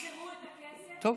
עד שיחזירו את הכסף לילדים.